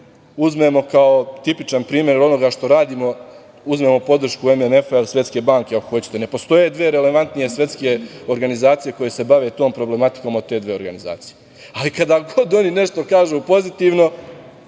uzmemo kao tipičan primer onoga što radimo, uzmemo podršku MMF-a ili Svetske banke, ako hoćete. Ne postoje dve relevantnije svetske organizacije koje se bave tom problematikom od te dve organizacije. Ali, kada god oni nešto kažu pozitivno,